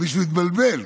מישהו התבלבל,